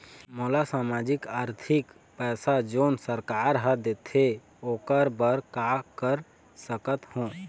मोला सामाजिक आरथिक पैसा जोन सरकार हर देथे ओकर बर का कर सकत हो?